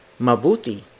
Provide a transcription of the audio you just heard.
Mabuti